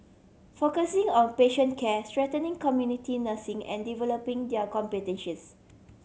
focusing on patient care strengthening community nursing and developing their competencies